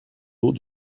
eaux